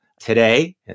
today